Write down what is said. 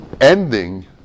Ending